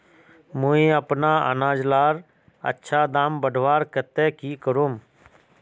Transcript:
मुई अपना अनाज लार अच्छा दाम बढ़वार केते की करूम?